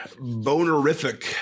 bonerific